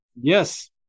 Yes